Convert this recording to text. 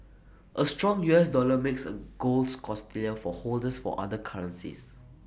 A strong U S dollar makes A golds costlier for holders for other currencies